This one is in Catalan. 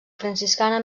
franciscana